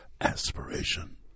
aspiration